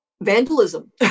vandalism